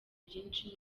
byinshi